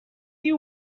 you